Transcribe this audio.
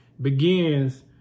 begins